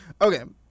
Okay